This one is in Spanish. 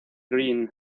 greene